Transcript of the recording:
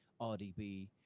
RDB